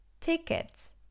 Tickets